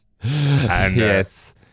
Yes